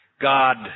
God